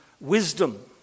wisdom